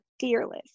fearless